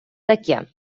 таке